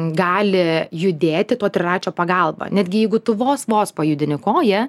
gali judėti to triračio pagalba netgi jeigu tu vos vos pajudini koją